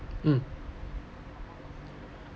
um